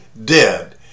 dead